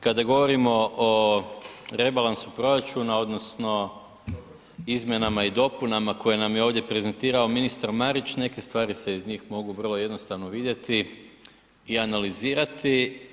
Kada govorimo o rebalansu proračuna odnosno izmjenama i dopunama koje nam je ovdje prezentirao ministar Marić neke stvari se iz njih mogu vrlo jednostavno vidjeti i analizirati.